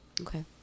Okay